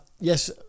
Yes